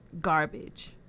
garbage